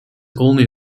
only